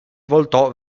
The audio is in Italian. voltò